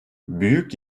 büyük